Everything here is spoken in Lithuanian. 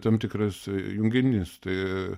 tam tikras junginys tai